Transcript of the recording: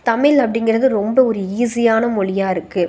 தமிழ் அப்படிங்கிறது ரொம்ப ஒரு ஈஸியான மொழியா இருக்குது